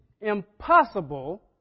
impossible